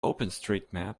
openstreetmap